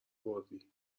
کردی